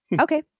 Okay